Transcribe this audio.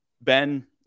Ben